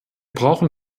brauchen